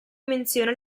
menzione